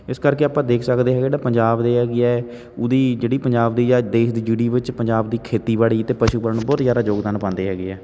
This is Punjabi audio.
ਇਸ ਕਰਕੇ ਆਪਾਂ ਦੇਖ ਸਕਦੇ ਹੈਗੇ ਜਿਹੜਾ ਪੰਜਾਬ ਦੇ ਹੈਗੀ ਹੈ ਉਹਦੀ ਜਿਹੜੀ ਪੰਜਾਬ ਦੀ ਜਾਂ ਦੇਸ਼ ਦੀ ਜੀ ਡੀ ਵਿੱਚ ਪੰਜਾਬ ਦੀ ਖੇਤੀਬਾੜੀ ਅਤੇ ਪਸ਼ੂ ਪਾਲਣ ਬਹੁਤ ਜ਼ਿਆਦਾ ਯੋਗਦਾਨ ਪਾਉਂਦੇ ਹੈਗੇ ਹੈ